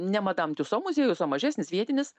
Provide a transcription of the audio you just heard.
ne madam tiuso muziejus o mažesnis vietinis